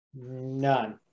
None